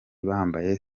bambaye